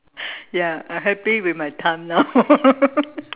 ya I happy with my time now